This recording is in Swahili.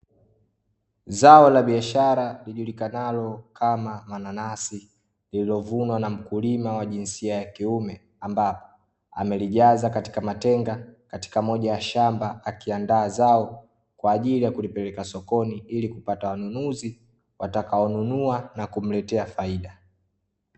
Zao la biashara lijulikanalo kama mananasi lililovunwa na mkulima wa jinsia ya kiume, ambayo amelijaza katika matenga katika moja ya shamba akiandaa zao kwaajili ya kulipeleka sokoni, ili kupata wanunuzi watakao nunua na kumletea faida.